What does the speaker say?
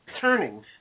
turning